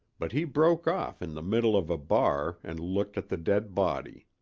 but he broke off in the middle of a bar and looked at the dead body.